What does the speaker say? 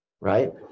right